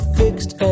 fixed